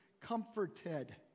comforted